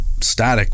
static